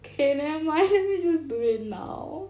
okay never mind let me just do it now